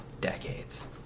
decades